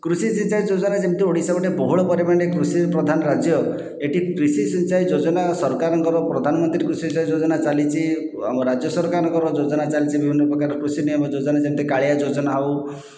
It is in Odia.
କୃଷି ସିଚାଇ ଯୋଜନା ଯେମତି ଓଡ଼ିଶା ଗୋଟେ ବହୁଳ ପରିମାଣରେ କୃଷି ପ୍ରଧାନ ରାଜ୍ୟ ଏଠି କୃଷି ସିଚାଇ ଯୋଜନା ସରକାରଙ୍କର ପ୍ରଧାନମନ୍ତ୍ରୀ କୃଷି ସିଚାଇ ଯୋଜନା ଚାଲିଛି ଆମ ରାଜ୍ୟ ସରକାରଙ୍କର ଯୋଜନା ଚାଲିଛି ବିଭିନ୍ନ ପ୍ରକାର କୃଷି ନିୟମ ଯୋଜନା ଯେମତି କାଳିଆ ଯୋଜନା ହେଉ